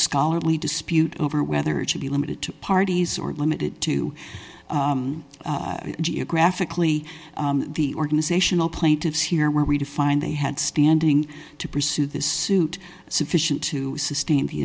scholarly dispute over whether it should be limited to parties or limited to geographically the organizational plaintiffs here where we define they had standing to pursue this suit sufficient to sustain